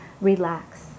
relax